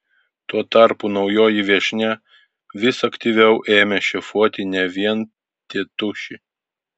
tuo tarpu naujoji viešnia vis aktyviau ėmė šefuoti ne vien tėtušį